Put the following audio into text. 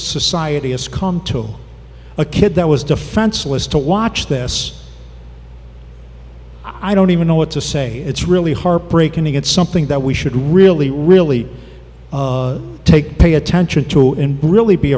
society has come to a kid that was defenseless to watch this i don't even know what to say it's really heartbreaking to get something that we should really really take pay attention to and really be